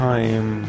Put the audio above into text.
Time